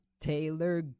Taylor